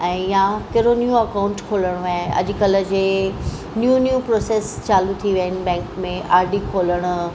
ऐं या कहिड़ो न्यू अकाउंट खोलणो आहे अॼुकल्ह जे न्यू न्यू प्रोसेस चालू थी विया आहिनि बैंक में आर डी खोलण